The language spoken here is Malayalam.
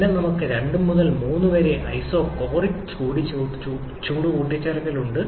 പിന്നെ നമുക്ക് 2 മുതൽ 3 വരെ ഐസോകോറിക് ചൂട് കൂട്ടിച്ചേർക്കലുണ്ട്